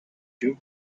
you